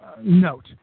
note